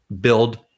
build